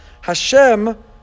Hashem